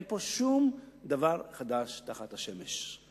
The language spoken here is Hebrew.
אין פה שום דבר חדש תחת השמש.